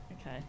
Okay